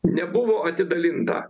nebuvo atidalinta